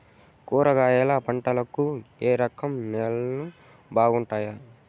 కూరగాయల పంటలకు ఏ రకం నేలలు బాగుంటాయి?